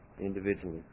individually